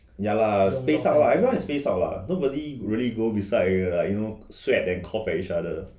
ya lah space out lah everyone space out lah nobody really go beside area like you know sweat and cough each other